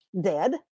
dead